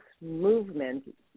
movement